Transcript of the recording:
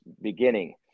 beginning